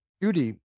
beauty